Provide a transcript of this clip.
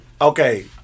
Okay